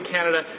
Canada